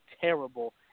terrible